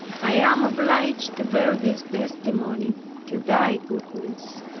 i am obliged to bear this testimony to thy goodness.